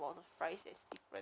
ya